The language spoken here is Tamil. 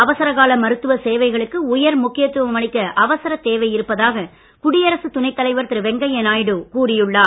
அவசர கால மருத்துவ சேவைகளுக்கு உயர் முக்கியத்துவம் அளிக்க அவசரத் தேவை இருப்பதாக குடியரசுத் துணைத் தலைவர் திரு வெங்கையா நாயுடு கூறியுள்ளார்